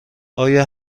آیا